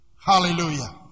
Hallelujah